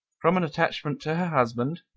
from an attachment to her husband,